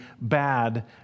bad